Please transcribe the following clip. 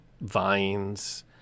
vines